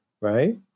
right